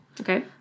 Okay